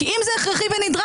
כי אם זה הכרחי ונדרש,